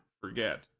forget